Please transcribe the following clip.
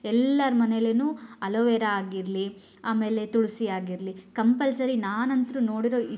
ಎಲ್ಲರ ಮನೇಲಿಯೂ ಅಲೋವೆರಾ ಆಗಿರಲಿ ಆಮೇಲೆ ತುಳಿಸಿ ಆಗಿರಲಿ ಕಂಪಲ್ಸರಿ ನಾನಂತೂ ನೋಡಿರೋ